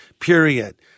period